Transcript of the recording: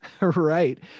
Right